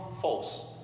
false